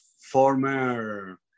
former